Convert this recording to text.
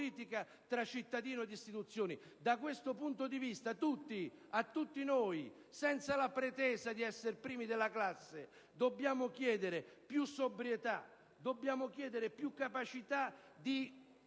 tra cittadini ed istituzioni. Da questo punto di vista tutti, tutti noi, senza la pretesa di essere i primi della classe, dobbiamo chiedere più sobrietà, più capacità di